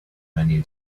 menu